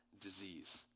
disease